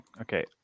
okay